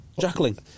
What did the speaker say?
Jacqueline